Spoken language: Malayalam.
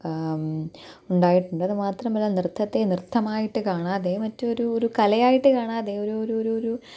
ഉണ്ടായിട്ടുണ്ട് അതു മാത്രമല്ല നൃത്തത്തെ നൃത്തമായിട്ട് കാണാതെ മറ്റൊരു ഒരു കലയായിട്ട് കാണാതെ ഒരു ഒരു ഒരു ഒരു